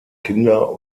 kinder